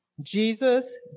Jesus